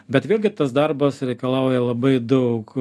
bet vėlgi tas darbas reikalauja labai daug